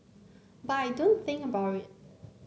but I don't think about it